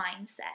mindset